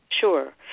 Sure